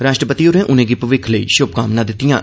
राष्ट्रपति होरें उनें'गी भविक्ख लेई श्भकामनां दित्तिआं